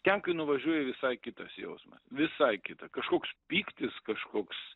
ten kai nuvažiuoji visai kitas jausmas visai kita kažkoks pyktis kažkoks